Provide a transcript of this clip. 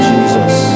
Jesus